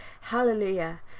Hallelujah